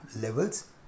levels